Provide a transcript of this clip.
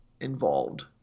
involved